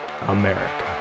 America